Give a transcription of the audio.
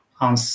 on